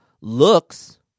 looks